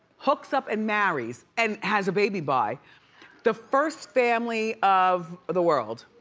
hooks up and marries and has a baby by the first family of the world.